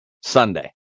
Sunday